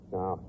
Now